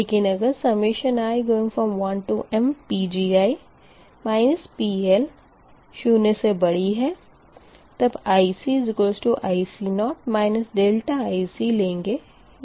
लेकिन अगर i1mPgi PL0 है तब ICIC0 IC लेंगे यानी कि जेनेशन को कम करेंगे